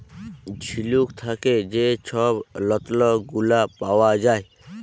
ঝিলুক থ্যাকে যে ছব রত্ল গুলা পাউয়া যায়